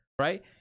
right